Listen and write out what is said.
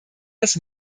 das